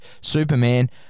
Superman